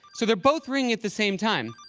so they're both ringing at the same time.